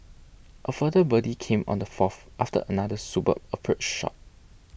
a further birdie came on the fourth after another superb approach shot